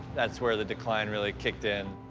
that's where the decline really kicked in.